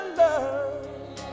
love